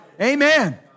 Amen